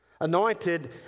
Anointed